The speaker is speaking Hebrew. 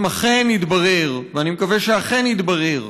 אם אכן יתברר, ואני מקווה שאכן יתברר